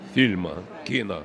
filmą kino